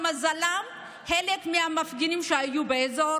למזלם חלק מהמפגינים שהיו באזור